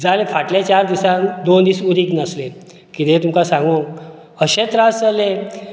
जाले फाटले चार दिसान दोन दिस उदीक नासले कितें तुका सांगूं अशें त्रास जाले